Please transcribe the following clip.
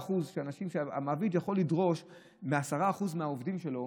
המעביד יכול לדרוש מ-10% מהעובדים שלו